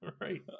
right